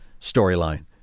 storyline